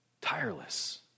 tireless